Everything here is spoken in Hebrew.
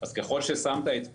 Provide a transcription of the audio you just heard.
אז ככול ששמת את "פייבוקס"